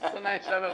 משונאיי אשמר בעצמי.